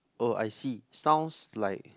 oh I see sounds like